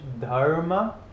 dharma